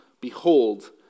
behold